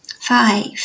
Five